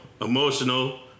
emotional